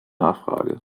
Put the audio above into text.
nachfrage